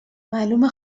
معلومه